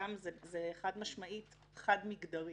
ושם זה חד משמעית חד מגדרי.